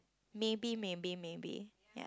maybe maybe maybe ya